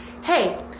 hey